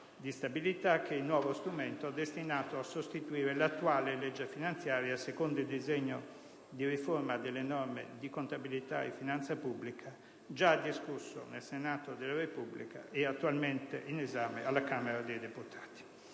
di stabilità, che è il nuovo strumento destinato a sostituire l'attuale legge finanziaria, secondo il disegno di legge di riforma delle norme di contabilità e finanza pubblica già discusso nel Senato della Repubblica e attualmente in esame alla Camera dei deputati.